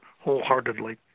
wholeheartedly